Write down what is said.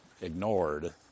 ignored